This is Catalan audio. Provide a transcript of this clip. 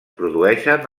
produeixen